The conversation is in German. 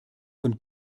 von